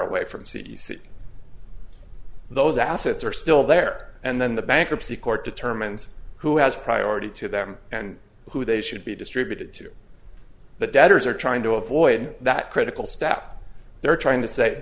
away from c e c those assets are still there and then the bankruptcy court determines who has priority to them and who they should be distributed to the debtors are trying to avoid that critical step they're trying to say